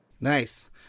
nice